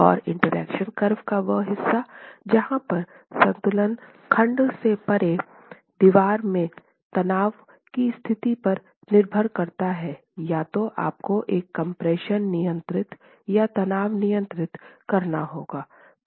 और interaction curve का वह हिस्सा जहाँ पर संतुलन खंड से परे दीवार में तनाव की स्थिति पर निर्भर करता है या तो आपको एक कम्प्रेशन नियंत्रित या तनाव नियंत्रित करना होगा